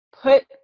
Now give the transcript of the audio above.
put